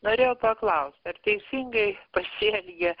norėjau paklaust ar teisingai pasielgė